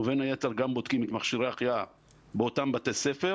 ובין היתר גם בודקים את מכשירי ההחייאה באותם בתי ספר